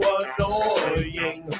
annoying